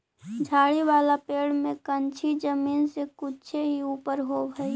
झाड़ी वाला पेड़ में कंछी जमीन से कुछे ही ऊपर होवऽ हई